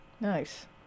nice